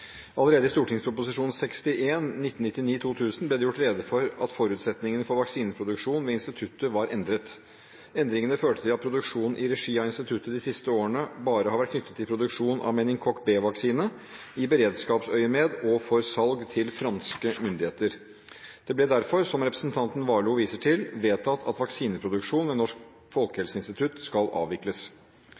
instituttet var endret. Endringene førte til at produksjon i regi av instituttet de siste årene bare har vært knyttet til produksjon av meningokokk B-vaksine i beredskapsøyemed og for salg til franske myndigheter. Det ble derfor, som representanten Warloe viser til, vedtatt at vaksineproduksjon ved Nasjonalt folkehelseinstitutt skal avvikles.